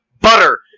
butter